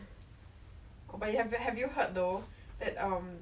so hopefully